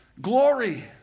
Glory